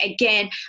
again